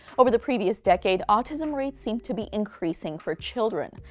over the previous decade, autism rates seemed to be increasing for children.